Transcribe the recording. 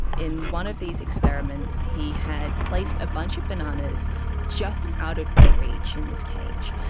in one of these experiments he had placed a bunch of bananas just out of their reach in this cage,